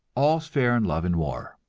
all's fair in love and war,